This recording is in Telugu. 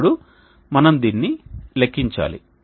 ఇప్పుడు మనము దీనిని లెక్కించాలి